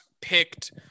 picked